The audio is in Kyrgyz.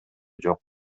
жок